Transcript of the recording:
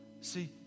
see